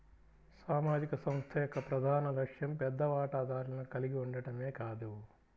సామాజిక సంస్థ యొక్క ప్రధాన లక్ష్యం పెద్ద వాటాదారులను కలిగి ఉండటమే కాదు